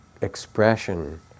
expression